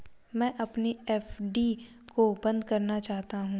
मैं अपनी एफ.डी को बंद करना चाहता हूँ